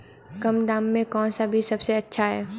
कम दाम में कौन सा बीज सबसे अच्छा है?